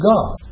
God